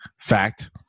fact